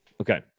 Okay